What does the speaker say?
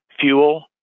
fuel